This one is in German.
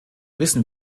wissen